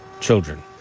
children